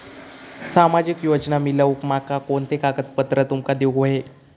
सामाजिक योजना मिलवूक माका कोनते कागद तुमका देऊक व्हये?